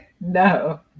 No